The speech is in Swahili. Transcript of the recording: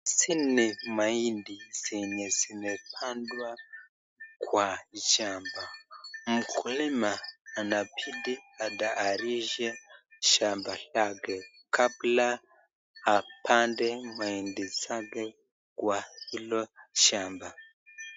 Hizi ni mahindi zenye zimepandwa kwa shamba. Mkulima anabidi atayarishe shamba lake kabla apande mahindi zake kwa hilo shamba.